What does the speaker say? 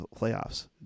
playoffs